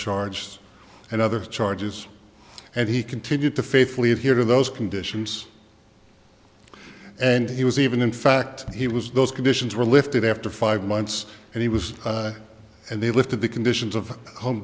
charges and other charges and he continued to faithfully here to those conditions and he was even in fact he was those conditions were lifted after five months and he was and they lifted the conditions of home